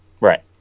Right